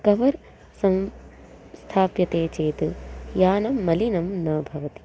cover संस्थाप्यते चेत् यानं मलिनं न भवति